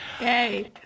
Yay